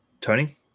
Tony